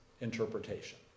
interpretation